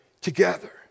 together